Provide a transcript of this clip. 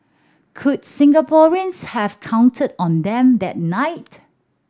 could Singaporeans have counted on them that night